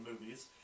movies